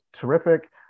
terrific